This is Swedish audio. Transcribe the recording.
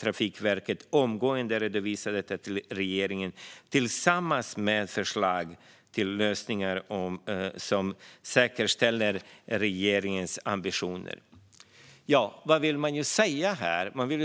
Trafikverket omgående redovisa detta till regeringen tillsammans med förslag till lösningar som säkerställer regeringens ambitioner. Vad vill man säga med detta?